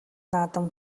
наадам